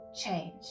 Change